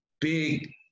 Big